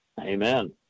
Amen